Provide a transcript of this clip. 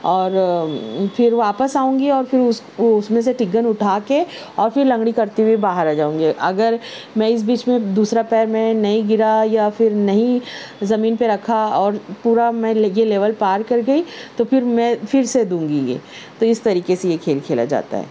اور پھر واپس آؤں گی اور پھر اس اس میں سے ٹگن اٹھا کے اور پھر لنگڑی کرتے ہوئے باہر آ جاؤں گی اگر میں اس بیچ میں دوسرا پیر میں نہیں گرا یا پھر نہیں زمین پہ رکھا اور پورا میں یہ لیول پار کر گئی تو پھر میں پھر سے دوں گی یہ تو اس طریقہ سے یہ کھیل کھیلا جاتا ہے